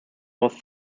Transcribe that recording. was